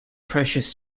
precious